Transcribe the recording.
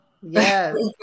Yes